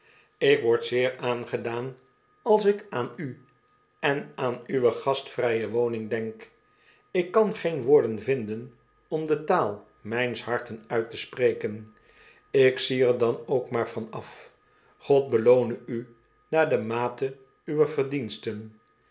ik word zeer aangedaan als ik aan u en aan uwe gastvrije woning denk ik kan geen woorden vinden om de taal mijns harten uit te spreken ik zie er dan ook maar van af g-od beloone u naar de mate uwer verdiensten